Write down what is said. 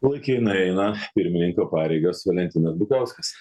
laikinai eina pirmininko pareigas valentinas bukauskas